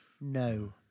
No